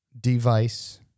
device